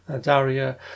Daria